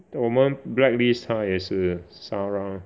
我们 blacklist 她也是 Sara